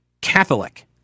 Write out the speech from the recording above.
Catholic